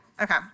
Okay